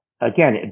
again